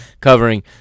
covering